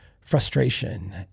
frustration